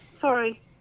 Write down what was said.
Sorry